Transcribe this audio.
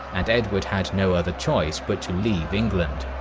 and edward had no other choice but to leave england.